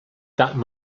that